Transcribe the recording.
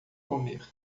comer